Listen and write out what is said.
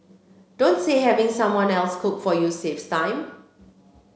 don't say having someone else cook for you saves time